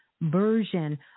version